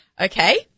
Okay